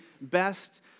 best